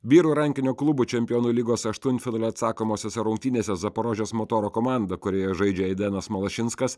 vyrų rankinio klubų čempionų lygos aštuntfinalio atsakomosiose rungtynėse zaporožės motoro komanda kurioje žaidžia aidenas malašinskas